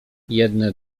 jedne